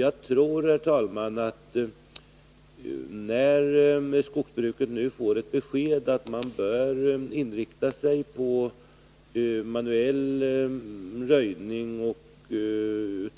Jag tror, herr talman, att när nu skogsbruket får ett besked om att man bör inrikta sig på manuell röjning